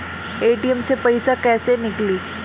ATM से पइसा कइसे निकली?